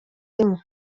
rimwe